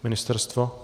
Ministerstvo?